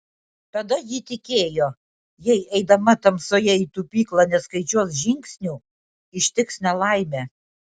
tada ji tikėjo jei eidama tamsoje į tupyklą neskaičiuos žingsnių ištiks nelaimė